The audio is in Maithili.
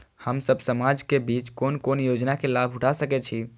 हम सब समाज के बीच कोन कोन योजना के लाभ उठा सके छी?